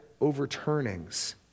overturnings